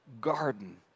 garden